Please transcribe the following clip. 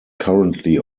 currently